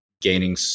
gaining